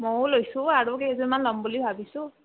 ময়ো লৈছোঁ আৰু কেইযোৰ মান লম বুলি ভাবছোঁ